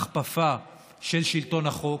אם לא הכפפה של שלטון החוק